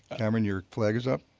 cameron, your flag is up?